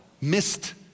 missed